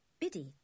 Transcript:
Biddy